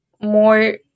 more